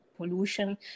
Pollution